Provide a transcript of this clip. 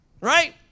right